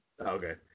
okay